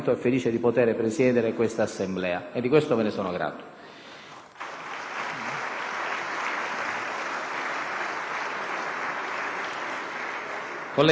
Ai sensi dell'articolo 120, comma 3, del Regolamento, indìco la votazione nominale con scrutinio simultaneo,